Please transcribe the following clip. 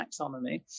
taxonomy